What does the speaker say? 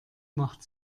macht